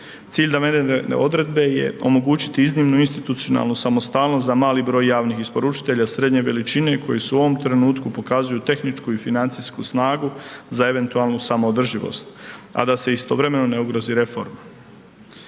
Cilj navedene odredbe je omogućiti iznimnu institucionalnu samostalnost za mali broj javnih isporučitelja srednje veličine koji su u ovom trenutku pokazuju tehničku i financijsku snagu za eventualnu samoodrživost a da se istovremeno ne ugrozi reforma.